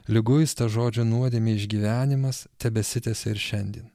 liguistas žodžio nuodėmė išgyvenimas tebesitęsia ir šiandien